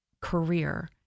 career